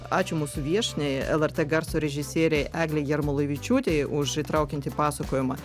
ačiū mūsų viešniai lrt garso režisierei eglei jarmolavičiūtei už įtraukiantį pasakojimą